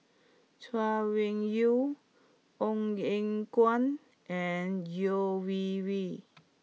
Chay Weng Yew Ong Eng Guan and Yeo Wei Wei